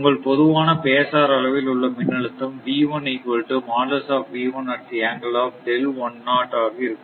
உங்கள் பொதுவான பேசார் அளவில் உள்ள மின்னழுத்தம்ஆக இருக்கும்